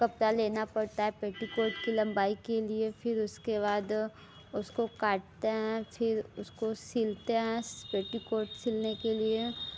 कपड़ा लेना पड़ता है पेटिकोट की लंबाई के लिए फिर उसके बाद उसको काटते हैं फिर उसको सिलते हैं पेटिकोट सिलने के लिए